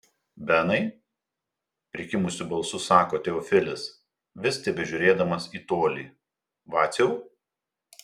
benai prikimusiu balsu sako teofilis vis tebežiūrėdamas į tolį vaciau